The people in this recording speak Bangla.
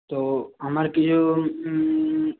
তো আমার কিছু